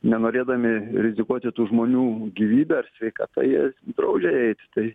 nenorėdami rizikuoti tų žmonių gyvybe ar sveikata jie draudžia įeit tai